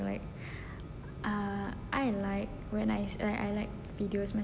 uh I like when I watch videos macam dia orang